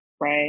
right